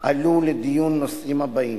עלו לדיון הנושאים הבאים: